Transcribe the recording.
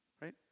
right